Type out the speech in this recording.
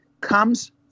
comes